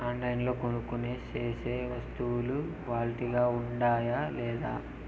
ఆన్లైన్లో కొనుక్కొనే సేసే వస్తువులు క్వాలిటీ గా ఉండాయా లేదా?